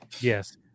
yes